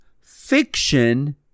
Fiction